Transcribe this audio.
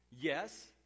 Yes